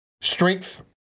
strength